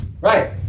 Right